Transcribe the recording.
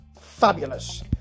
fabulous